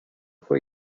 fue